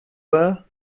were